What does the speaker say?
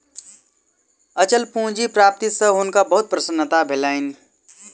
अचल पूंजी प्राप्ति सॅ हुनका बहुत प्रसन्नता भेलैन